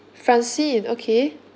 francine okay